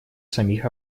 самих